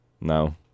No